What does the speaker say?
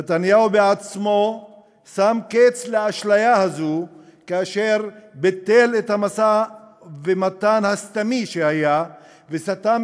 נתניהו עצמו שם קץ לאשליה הזו כאשר ביטל את המשא-ומתן הסתמי שהיה וסתם